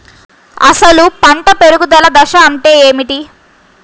అసలు పంట పెరుగుదల దశ అంటే ఏమిటి?